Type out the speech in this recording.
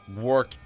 work